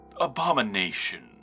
abomination